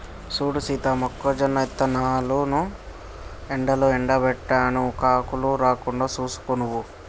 సూడు సీత మొక్కజొన్న ఇత్తనాలను ఎండలో ఎండబెట్టాను కాకులు రాకుండా సూసుకో నువ్వు